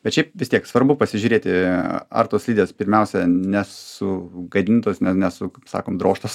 bet šiaip vis tiek svarbu pasižiūrėti ar tos slidės pirmiausia nesugadintos ne nesu kaip sakom drožtos